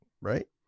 right